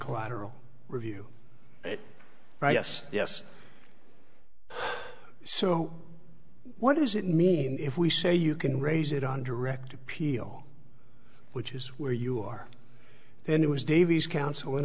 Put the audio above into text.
collateral review it right yes yes so what does it mean if we say you can raise it on direct appeal which is where you are then it was davies coun